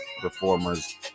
performers